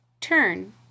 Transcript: Turn